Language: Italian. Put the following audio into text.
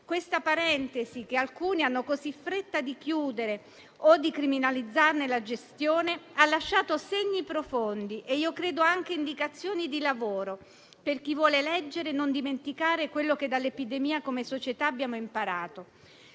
questa parentesi che alcuni hanno così fretta di chiudere o di criminalizzare, quanto alla gestione, ha lasciato segni profondi e credo anche indicazioni di lavoro per chi vuole leggere e non dimenticare quello che come società abbiamo imparato